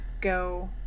go